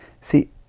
see